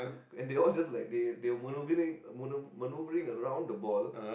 and they all just like they they were maneuvering maneuvering around the ball